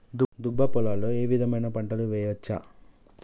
దుబ్బ పొలాల్లో ఏ విధమైన పంటలు వేయచ్చా?